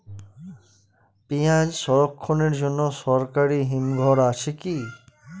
পিয়াজ সংরক্ষণের জন্য সরকারি হিমঘর আছে কি?